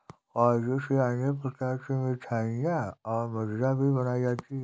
काजू से अनेक प्रकार की मिठाईयाँ और मदिरा भी बनाई जाती है